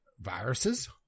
viruses